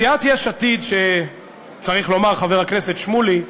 סיעת יש עתיד, שצריך לומר, חבר הכנסת שמולי,